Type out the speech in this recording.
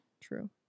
true